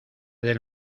del